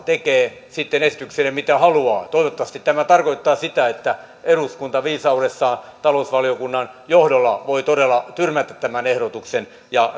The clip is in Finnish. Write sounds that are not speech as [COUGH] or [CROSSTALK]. tekee sitten esitykselle mitä haluaa toivottavasti tämä tarkoittaa sitä että eduskunta viisaudessaan talousvaliokunnan johdolla voi todella tyrmätä tämän ehdotuksen ja [UNINTELLIGIBLE]